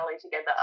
together